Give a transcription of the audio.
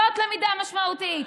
זאת למידה משמעותית.